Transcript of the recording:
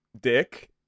dick